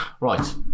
Right